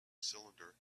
cylinder